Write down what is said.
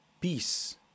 peace